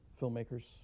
filmmakers